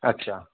अच्छा